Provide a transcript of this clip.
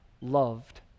loved